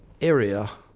area